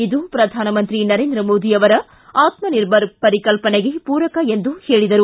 ಇದು ಪ್ರಧಾನಮಂತ್ರಿ ನರೇಂದ್ರ ಮೋದಿಯವರ ಆತ್ಮಿರ್ಭರ ಪರಿಕಲ್ಪನೆಗೆ ಪೂರಕ ಎಂದರು